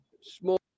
small